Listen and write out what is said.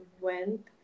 went